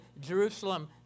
Jerusalem